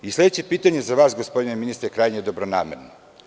Sledeće pitanje za vas gospodine ministre, krajnje dobronamerno.